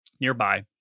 nearby